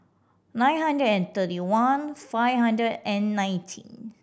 nine hundred and thirty one five hundred and nineteen